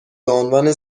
بعنوان